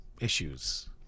issues